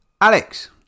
Alex